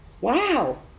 Wow